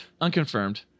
unconfirmed